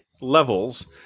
levels